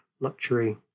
luxury